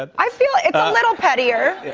ah i feel it's a little pettier.